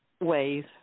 ways